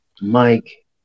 Mike